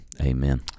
Amen